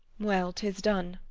well, tis done,